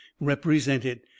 represented